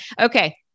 okay